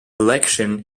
election